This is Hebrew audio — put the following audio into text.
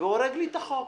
והורג לי את החוק.